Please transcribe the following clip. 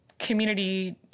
community